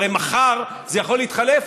הרי מחר זה יכול להתחלף,